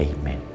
Amen